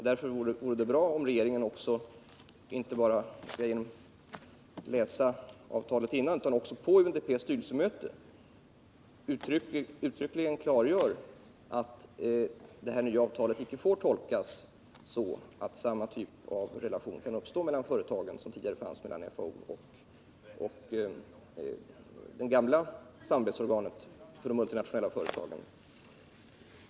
Därför vore det bra om regeringen på UNDP:s styrelsemöte uttryckligen klargör att detta nya avtal icke får tolkas så, att samma typ av relation som tidigare fanns mellan FAO och det gamla samarbetsorganet för de multinationella företagen kan uppstå.